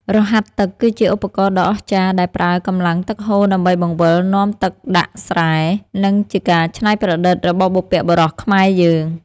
រហាត់ទឹកគឺជាឧបករណ៍ដ៏អស្ចារ្យដែលប្រើកម្លាំងទឹកហូរដើម្បីបង្វិលនាំទឹកដាក់ស្រែ និងជាការច្នៃប្រឌិតរបស់បុព្វបុរសខ្មែរយើង។